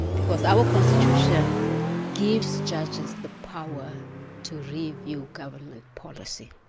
because our constitution gives judges the power to review government policy.